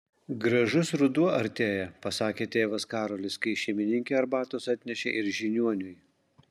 gražus ruduo artėja pasakė tėvas karolis kai šeimininkė arbatos atnešė ir žiniuoniui